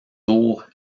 tour